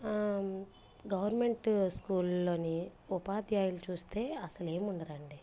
government స్కూల్లోని ఉపాధ్యాయులు చూస్తే అసలేం ఉండదండి